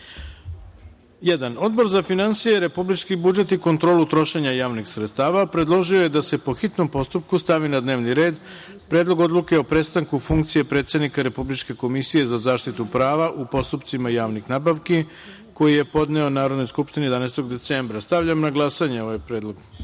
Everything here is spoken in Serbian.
rasprave. Odbor za finansije, republičku budžet i kontrolu trošenja javnih sredstava predložio je da se, po hitnom postupku, stavi na dnevni red Predlog odluke o prestanku funkcije predsednika Republičke komisije za zaštitu prava u postupcima javnih nabavki, koji je podneo Narodnoj skupštini 11. decembra. Stavljam na glasanje ovaj predlog. Molim